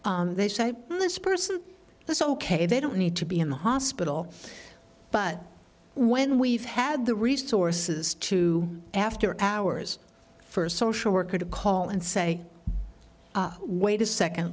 they say this person that's ok they don't need to be in the hospital but when we've had the resources to after hours for a social worker to call and say wait a